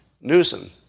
Newsom